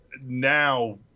now